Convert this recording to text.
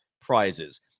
prizes